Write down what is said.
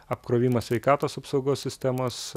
apkrovimą sveikatos apsaugos sistemos